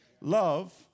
Love